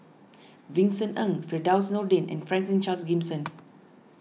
Vincent Ng Firdaus Nordin and Franklin Charles Gimson